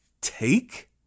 take